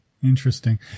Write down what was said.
Interesting